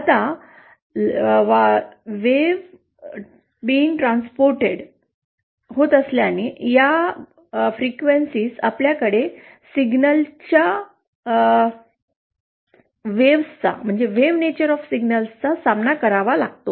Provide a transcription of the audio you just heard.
आता लाटांची वाहतूक होत असल्याने या वारंवारतेत आपल्याला सिग्नल्सच्या लाटे चा सामना करावा लागेल